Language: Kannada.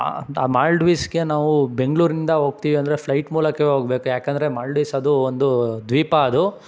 ಆ ಮಾಲ್ಡೀವ್ಸ್ಗೆ ನಾವು ಬೆಂಗಳೂರಿಂದ ಹೋಗ್ತೀವಂದ್ರೆ ಫ್ಲೈಟ್ ಮೂಲಕವೇ ಹೋಗ್ಬೇಕ್ ಯಾಕಂದರೆ ಮಾಲ್ಡೀವ್ಸ್ ಅದು ಒಂದು ದ್ವೀಪ ಅದು